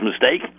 mistake